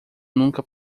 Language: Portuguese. nunca